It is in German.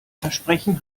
versprechen